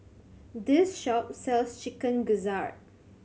this shop sells Chicken Gizzard